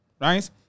right